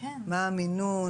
מה המינון,